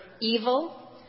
evil